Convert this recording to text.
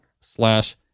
slash